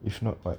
if not what